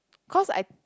cause I